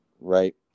right